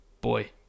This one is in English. boy